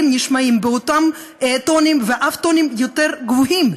נשמעים באותם טונים ואף טונים יותר גבוהים,